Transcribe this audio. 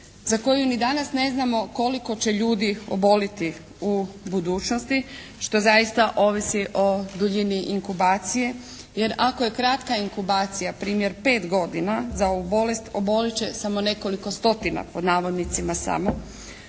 za koju ni danas ne znamo koliko će ljudi oboliti u budućnosti što zaista o visi o duljini inkubacije jer ako je kratka inkubacija primjer pet godina za ovu bolest, oboliti će samo nekoliko stotina pod navodnicima, samo,